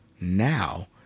now